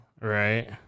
Right